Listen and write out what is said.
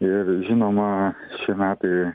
ir žinoma šie metai